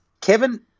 Kevin